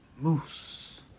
Moose